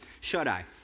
shut-eye